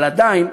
אבל עדיין,